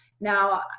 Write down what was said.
now